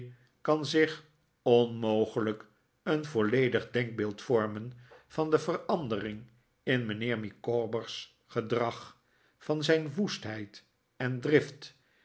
kan zich onmogelijk een volledig denkbeeld vormen van de verandering in mijnheer micawber's gedrag van zijn woestheid en drift